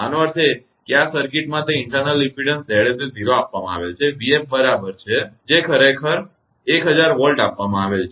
આનો અર્થ એ કે આ સર્કિટમાં એ આંતરિક ઇમપેડન્સ 𝑍𝑠 એ 0 આપવામાં આવેલ છે જે 𝑣𝑓 બરાબર છે 𝑣𝑓 જે ખરેખર 1000 વોલ્ટ આપવામાં આવેલ છે